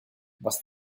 was